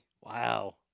Wow